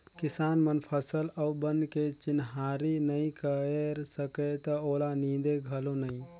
किसान मन फसल अउ बन के चिन्हारी नई कयर सकय त ओला नींदे घलो नई